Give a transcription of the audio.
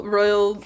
royal